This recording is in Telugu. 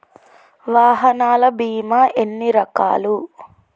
వాహనాల బీమా ఎన్ని రకాలు?